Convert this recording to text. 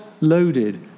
loaded